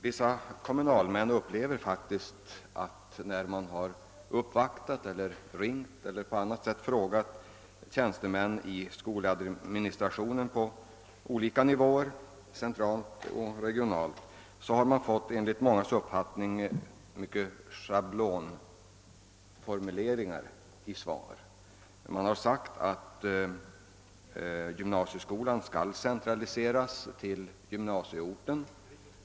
Många kommunalmän anser sig faktiskt, när de har uppvaktat eller ringt eller på annat sätt frågat tjänstemän i skoladministrationen på olika nivåer, centralt och regionalt, ha fått mycket schablonmässiga svar. Man har sagt att gymnasieskolan skall centraliseras till gymnasieorten.